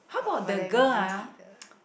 uh but then we didn't eat the